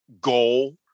goal